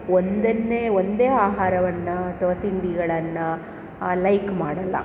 ಒಂದನ್ನೇ ಒಂದೇ ಆಹಾರವನ್ನು ಅಥವಾ ತಿಂಡಿಗಳನ್ನು ಲೈಕ್ ಮಾಡಲ್ಲ